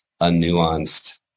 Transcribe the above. unnuanced